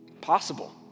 possible